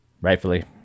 Rightfully